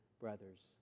brothers